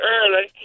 early